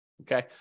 Okay